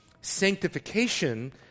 sanctification